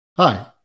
Hi